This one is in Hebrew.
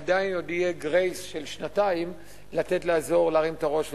עדיין יהיה "גרייס" של שנתיים לתת לאזור להרים את הראש ולהשתקם.